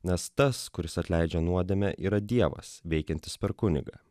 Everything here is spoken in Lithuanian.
nes tas kuris atleidžia nuodėmę yra dievas veikiantis per kunigą